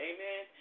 Amen